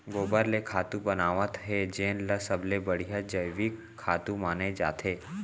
गोबर ले खातू बनावत हे जेन ल सबले बड़िहा जइविक खातू माने जाथे